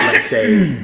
let's say,